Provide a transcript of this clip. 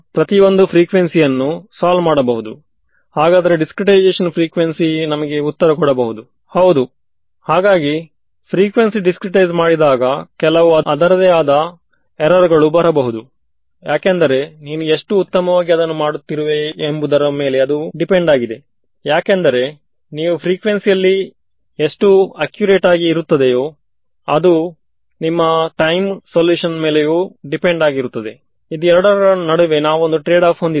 so ಇದು matter ಆಗುವುದಿಲ್ಲ ಈ ಎಕ್ಸ್ಪ್ರೆಷ್ಶನ್ ನಲ್ಲಿ ನಿಮಗೆ ಏನೂ ಹಾಕಲು ಇರುವುದಿಲ್ಲ ಏಕೆಂದರೆ RCS ಗೆ ಈ ಎಕ್ಸ್ಪ್ರೆಷ್ಶನ್ ವು r ನ ಮೇಲೆ ಡಿಪೆಂಡ್ ಆಗಿರುವುದಿಲ್ಲ ಇದು ಕೇವಲ ನ ಮೇಲೆ ಡಿಪೆಂಡ್ ಆಗಿರುತ್ತದೆ ವಿದ್ಯಾರ್ಥಿಅವು ಗೆ ಅನುರೂಪವಾಗಿರುತ್ತದೆಯೇ